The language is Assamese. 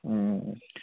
ওম